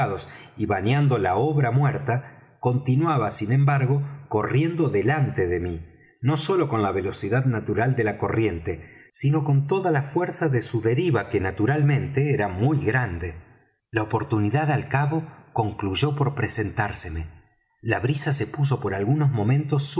y bañando la obra muerta continuaba sin embargo corriendo delante de mí no sólo con la velocidad natural de la corriente sino con toda la fuerza de su deriva que naturalmente era muy grande la oportunidad al cabo concluyó por presentárseme la brisa se puso por algunos momentos